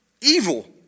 Evil